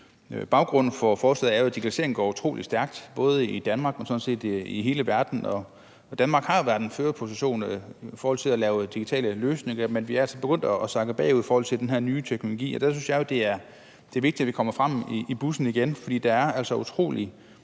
Baggrunden for forslaget er jo, at digitaliseringen går utrolig stærkt både i Danmark og sådan set i hele verden. Danmark har jo været i en førerposition i forhold til at lave digitale løsninger, men vi er altså begyndt at sakke bagud i forhold til den her nye teknologi, og der synes jeg, at det er vigtigt, at vi kommer frem i bussen igen, for der er altså